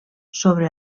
sobre